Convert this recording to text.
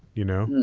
you know.